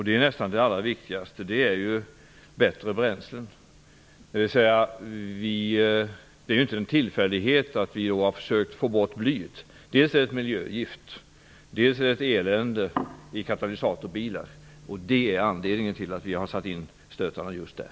Det allra viktigaste är dock bättre bränslen. Det är inte en tillfällighet att vi har försök få bort blyet. Dels är det ett miljögift, dels är det ett elände i katalysatorbilar. Det är anledningen till att vi har satt in stöten just där.